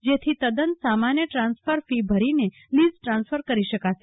જેથી તદન સામાન્ય ટ્રાન્સફર ફી ભરીને લીઝ ટ્રાન્સફર કરી શકશે